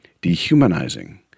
dehumanizing